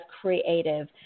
creative